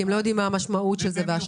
כי הם לא יודעים מה המשמעות של זה וההשלכות.